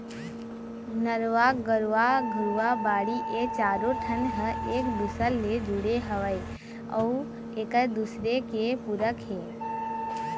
नरूवा, गरूवा, घुरूवा, बाड़ी ए चारों ठन ह एक दूसर ले जुड़े हवय अउ एक दूसरे के पूरक हे